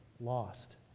lost